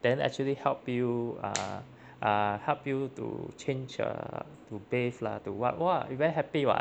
then actually help you err err help you to change uh to bathe lah to what !wah! very happy [what]